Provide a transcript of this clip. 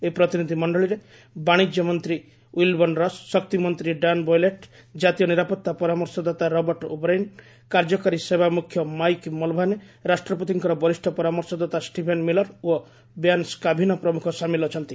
ଏହି ପ୍ରତିନିଧ ମଣ୍ଡଳୀରେ ବାଣିଜ୍ୟ ମନ୍ତ୍ରୀ ୱିଲିବର୍ଣ୍ଣ ରସ୍ ଶକ୍ତିମନ୍ତ୍ରୀ ଡାନ୍ ବୋଇଲେଟ୍ ଜାତୀୟ ନିରାପତ୍ତା ପରାମର୍ଶ ଦାତା ରବର୍ଟ ଓବ୍ରାଇନ୍ କାର୍ଯ୍ୟକାରୀ ସେବା ମ୍ରଖ୍ୟ ମାଇକ୍ ମୋଲଭାନେ ରାଷ୍ଟ୍ରପତିଙ୍କ ବରିଷ୍ଠ ପରାମର୍ଶଦାତା ଷ୍ଟିଭେନ୍ ମିଲର୍ ଓ ବ୍ୟାନ୍ ସ୍କାଭିନୋ ପ୍ରମୁଖ ସାମିଲ ଅଛନ୍ତି